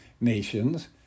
nations